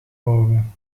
ogen